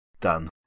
done